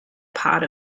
part